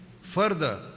Further